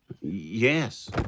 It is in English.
yes